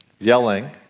Yelling